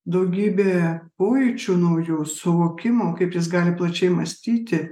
daugybė pojūčių naujų suvokimo kaip jis gali plačiai mąstyti